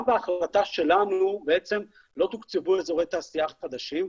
גם בהחלטה שלנו לא תוקצבו אזורי תעשייה חדשים,